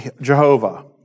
Jehovah